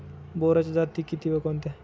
बोराच्या जाती किती व कोणत्या?